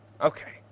Okay